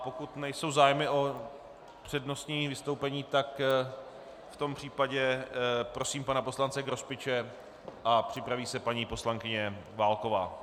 Pokud nejsou zájmy o přednostní vystoupení, tak v tom případě prosím pana poslance Grospiče a připraví se paní poslankyně Válková.